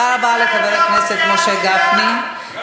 אנחנו דואגים לילדים שלנו.